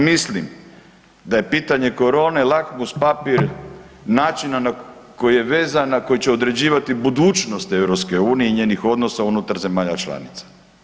Mislim da je pitanje korone lakmus papir načina na koji je vezana na koji će određivati budućnost EU i njenih odnosa unutar zemalja članica.